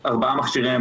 לנדחה,